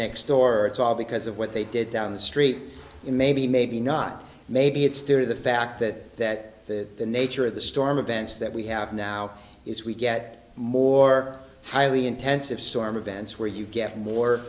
next or it's all because of what they did down the street maybe maybe not maybe it's due to the fact that the nature of the storm events that we have now is we get more highly intensive storm events where you get more